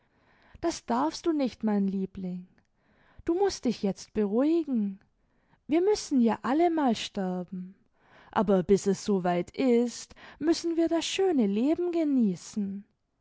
das darfst du nicht mein liebling du mußt dich jetzt beruhigen wir müssen ja alle mal sterben aber bis es soweit ist müssen wir das schöne leben genießen